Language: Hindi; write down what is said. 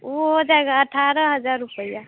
उ हो जाएगा अठारह हज़ार रुपया